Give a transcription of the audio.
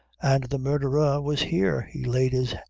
and the murdherer was here, he laid his!